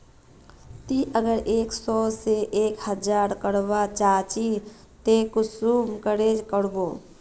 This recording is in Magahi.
ती अगर एक सो से एक हजार करवा चाँ चची ते कुंसम करे करबो?